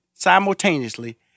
Simultaneously